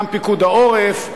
קם פיקוד העורף,